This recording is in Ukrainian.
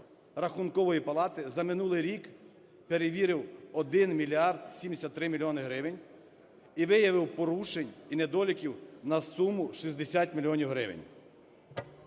Рахункової палати за минулий рік перевірив 1 мільярд 73 мільйони гривень і виявив порушень і недоліків на суму 60 мільйонів гривень.